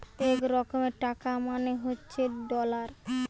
এক রকমের টাকা মানে হচ্ছে ডলার